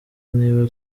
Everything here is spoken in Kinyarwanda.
niba